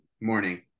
Morning